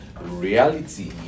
reality